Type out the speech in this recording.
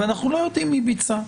ואנחנו לא יודעים מי ביצע.